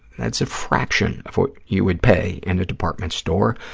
that's a fraction of what you would pay in a department store.